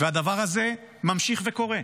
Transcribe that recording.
והדבר הזה ממשיך וקורה,